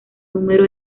número